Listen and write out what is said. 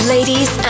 Ladies